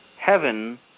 heaven